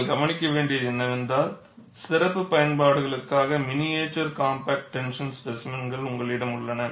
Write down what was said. நீங்கள் கவனிக்க வேண்டியது என்னவென்றால் சிறப்பு பயன்பாடுகளுக்காக மினியேச்சர் காம்பாக்ட் டென்ஷன் ஸ்பேசிமென்கள் உங்களிடம் உள்ளன